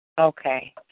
Okay